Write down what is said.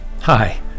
Hi